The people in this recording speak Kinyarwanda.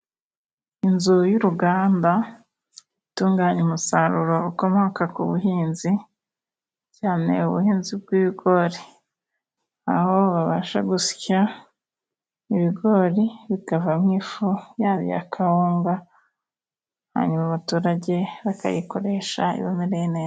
Inzu y'uruganda itunganya umusaruro ukomoka ku buhinzi, cyane ubuhinzi bw'ibigori, aho babasha gusya ibigori bikavamo ifu, yaba iya kawunga hanyuma abaturage bakayikoresha ibamereye neza.